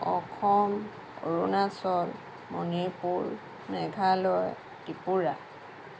Assam Arunachal Manipur Meghalaya Tripura